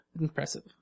impressive